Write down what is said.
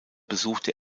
besuchte